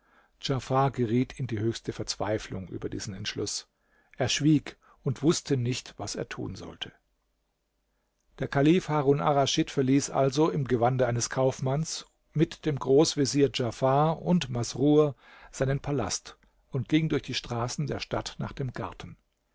geriet in die höchste verzweiflung über diesen entschluß er schwieg und wußte nicht was er tun sollte der kalif harun arraschid verließ also im gewande eines kaufmanns mit dem großvezier djafar und masrur seinen palast und ging durch die straßen der stadt nach dem garten